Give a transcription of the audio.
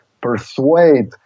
persuade